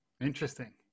Interesting